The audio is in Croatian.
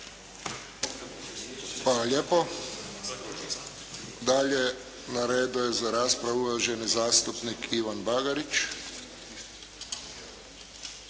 lijepo. Dalje. Na redu je za raspravu uvaženi zastupnik Ivan Bagarić.